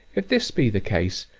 if this be the case,